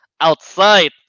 outside